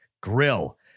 grill